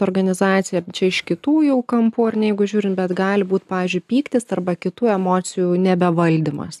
organizacija čia iš kitų jau kampų ar ne jeigu žiūrint bet gali būt pavyzdžiui pyktis arba kitų emocijų nebevaldymas